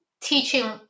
teaching